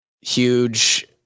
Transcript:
huge